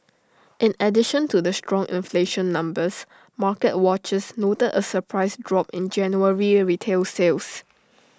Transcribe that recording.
in addition to the strong inflation numbers market watchers noted A surprise drop in January retail sales